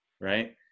right